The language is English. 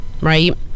Right